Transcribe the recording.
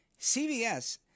CVS